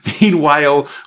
Meanwhile